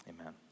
amen